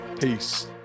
Peace